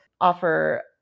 offer